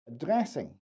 addressing